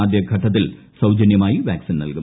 ആദ്യ ഘട്ടത്തിൽ സൌജനൃമായി വാക്സിൻ നൽകും